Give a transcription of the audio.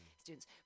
students